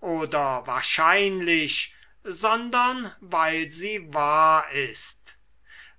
oder wahrscheinlich sondern weil sie wahr ist